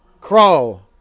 Crow